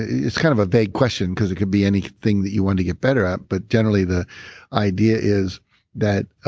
it's kind of a vague question because it could be anything that you wanted to get better at, but generally the idea is that. ah